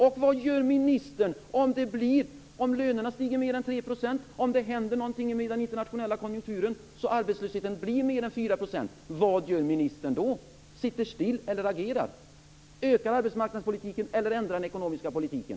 och det händer någonting med den internationella konjunkturen så att arbetslösheten blir högre än 4 %? Sitter ministern stilla, eller agerar hon? Ökar hon arbetsmarknadspolitiken, eller ändrar hon den ekonomiska politiken?